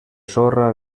sorra